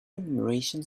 renumeration